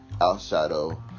outshadow